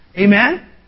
Amen